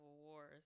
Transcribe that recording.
wars